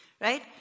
right